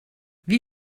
wie